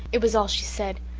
it was all she said,